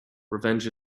revenge